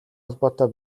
холбоотой